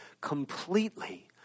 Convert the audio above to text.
completely